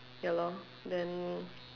ya lor then